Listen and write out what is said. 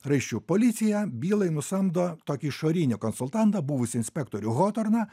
raiščiu policija bylai nusamdo tokį išorinį konsultantą buvusį inspektorių hotorną